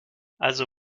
also